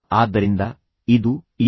ಆದ್ದರಿಂದ ಇದು ಈಗ ಜನಪ್ರಿಯವಾಗಿದೆ